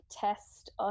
test